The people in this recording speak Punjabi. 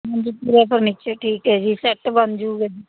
ਹਾਂਜੀ ਪੂਰਾ ਫਰਨੀਚਰ ਠੀਕ ਹੈ ਜੀ ਸੈਟ ਬਣ ਜਾਊਗਾ ਜੀ